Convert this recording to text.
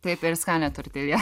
taip ir skanią tortiliją